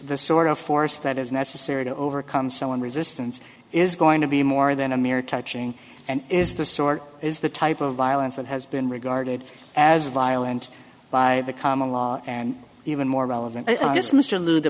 the sort of force that is necessary to overcome someone resistance is going to be more than a mere touching and is the sort is the type of violence that has been regarded as a violent by the common law and even more relevant